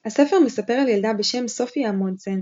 הספר מספר על ילדה בשם סופי אמונדסן,